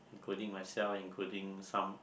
including myself including some